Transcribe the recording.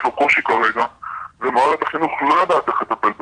יש ילד שהוא יש לו קושי כרגע ומערכת החינוך לא יודעת איך לטפל בזה.